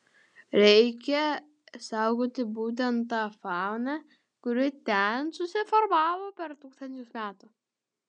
reikia saugoti būtent tą fauną kuri ten susiformavo per tūkstančius metų